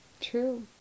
True